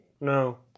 No